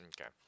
Okay